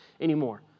anymore